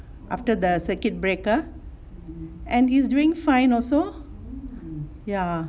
after the circuit breaker and he's doing fine also ya